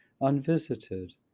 unvisited